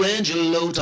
Angelo